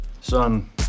Son